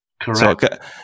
correct